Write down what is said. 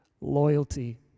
loyalty